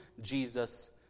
Jesus